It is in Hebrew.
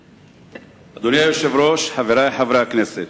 אדוני היושב-ראש, חברי חברי הכנסת,